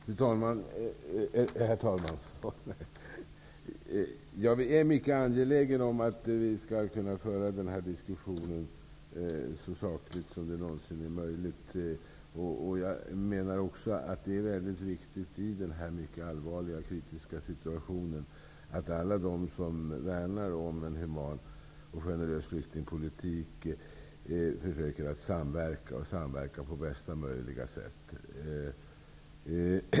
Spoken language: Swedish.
Herr talman! Jag är mycket angelägen om att kunna föra denna diskussion så sakligt som det någonsin är möjligt. Det är i denna allvarliga och kritiska situation väldigt viktigt att alla de som värnar om en human och generös flyktingpolitik försöker att samverka på bästa möjliga sätt.